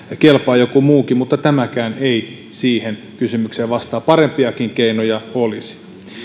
kelpaa joku muukin mutta tämäkään ei siihen kysymykseen vastaa parempiakin keinoja olisi